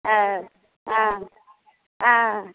हँ हँ हँ